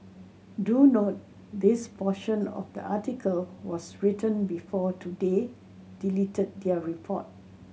do note this portion of the article was written before Today deleted their report